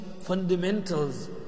fundamentals